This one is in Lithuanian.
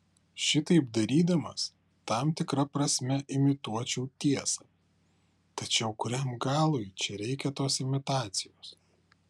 šitaip darydamas tam tikra prasme imituočiau tiesą tačiau kuriam galui čia reikia tos imitacijos